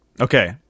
Okay